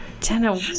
Jenna